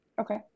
Okay